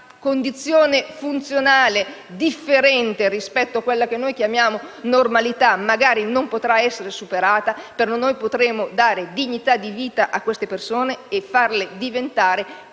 la condizione funzionale differente rispetto a quella che chiamiamo "normalità" non potrà essere superata, ma potremo garantire dignità di vita a queste persone e farle diventare